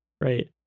Right